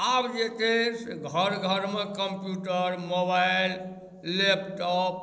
आब जे छै घर घरमे कम्प्यूटर मोबाइल लैपटॉप